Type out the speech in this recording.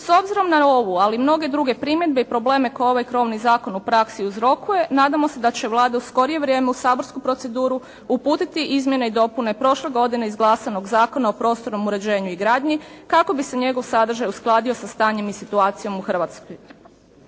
S obzirom na ovu ali i mnoge druge primjedbe i probleme koje ovaj krovni zakon u praksi uzrokuje nadamo se da će Vlada u skorije vrijeme u saborsku proceduru uputiti izmjene i dopune prošle godine izglasanog Zakona o prostornom uređenju i gradnji kako bi se njegov sadržaj uskladio sa stanjem i situacijom u Hrvatskoj.